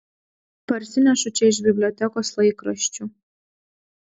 parsinešu čia iš bibliotekos laikraščių